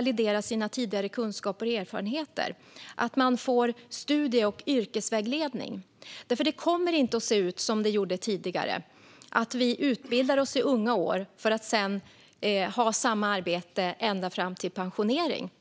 validera sina tidigare kunskaper och erfarenheter och att de får studie och yrkesvägledning. Det kommer inte att se ut som det gjorde tidigare. Då kunde vi utbilda oss i unga år för att sedan ha samma arbete ända fram till pensionering.